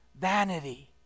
vanity